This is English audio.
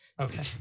Okay